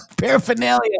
paraphernalia